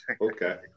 Okay